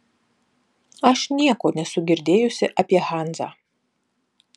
aš nieko nesu girdėjusi apie hanzą